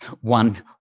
one